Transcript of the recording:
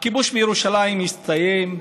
הכיבוש בירושלים יסתיים,